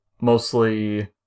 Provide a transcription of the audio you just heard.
mostly